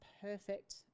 perfect